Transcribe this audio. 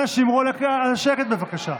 אנא, שמרו על השקט, בבקשה.